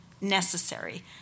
necessary